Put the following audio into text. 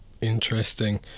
Interesting